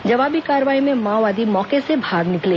जवाबी कार्रवाई में माओवादी मौके से भाग निकले